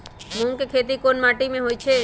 मूँग के खेती कौन मीटी मे होईछ?